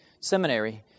Seminary